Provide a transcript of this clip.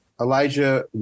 Elijah